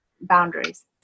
boundaries